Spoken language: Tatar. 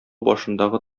башындагы